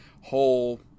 whole